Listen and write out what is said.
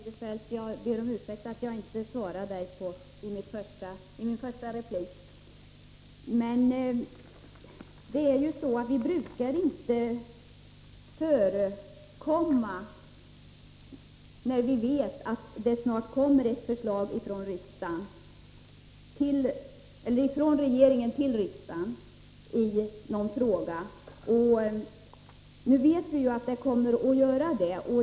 Herr talman! Jag ber om ursäkt för att jag inte svarade Christer Eirefelt i min första replik. Vi brukar ju inte föregripa regeringen när vi vet att den snart kommer med ett förslag till riksdagen i någon fråga. Vi vet ju nu att så kommer att ske.